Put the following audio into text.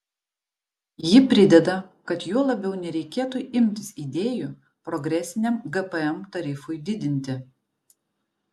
ji prideda kad juo labiau nereikėtų imtis idėjų progresiniam gpm tarifui didinti